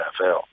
NFL